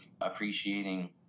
appreciating